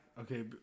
okay